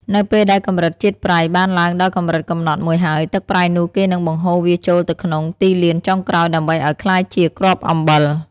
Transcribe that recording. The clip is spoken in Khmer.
នៅពេលដែលកម្រិតជាតិប្រៃបានឡើងដល់កម្រិតកំណត់មួយហើយ ទឹកប្រៃនោះគេនឹងបង្ហូរវាចូលទៅក្នុងទីលានចុងក្រោយដើម្បីឲ្យក្លាយជាគ្រាប់អំបិល។